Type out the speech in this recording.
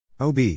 ob